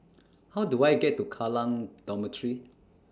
How Do I get to Kallang Dormitory